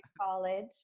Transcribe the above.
college